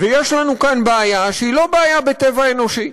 ויש לנו כאן בעיה שהיא לא בעיה בטבע האנושי,